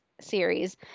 series